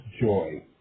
joy